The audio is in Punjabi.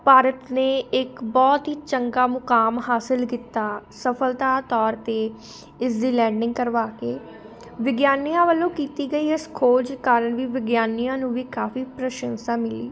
ਭਾਰਤ ਨੇ ਇੱਕ ਬਹੁਤ ਹੀ ਚੰਗਾ ਮੁਕਾਮ ਹਾਸਿਲ ਕੀਤਾ ਸਫਲਤਾ ਤੌਰ 'ਤੇ ਇਸ ਦੀ ਲੈਂਡਿੰਗ ਕਰਵਾ ਕੇ ਵਿਗਿਆਨੀਆਂ ਵੱਲੋਂ ਕੀਤੀ ਗਈ ਇਸ ਖੋਜ ਕਾਰਨ ਵੀ ਵਿਗਿਆਨੀਆਂ ਨੂੰ ਵੀ ਕਾਫੀ ਪ੍ਰਸ਼ੰਸਾ ਮਿਲੀ